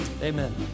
Amen